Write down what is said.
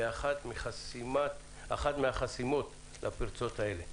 בחסימה של אחת הפרצות האלה.